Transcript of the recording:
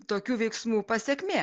tokių veiksmų pasekmė